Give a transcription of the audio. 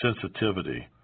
sensitivity